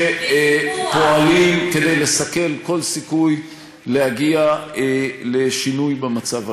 שפועלים לסכל כל סיכוי להגיע לשינוי במצב הקיים.